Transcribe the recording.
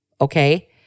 Okay